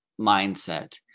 mindset